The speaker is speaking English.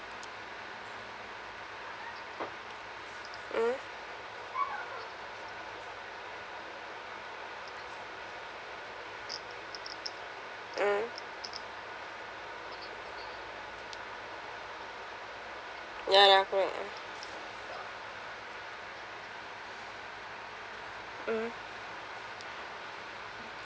mm mm ya lah correct ah mm